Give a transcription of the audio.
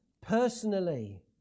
personally